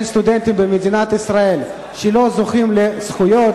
סטודנטים במדינת ישראל שלא זוכים לזכויות,